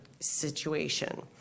situation